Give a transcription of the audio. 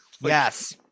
yes